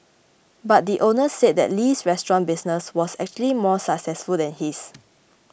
but the owner said that Li's restaurant business was actually more successful than his